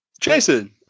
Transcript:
Jason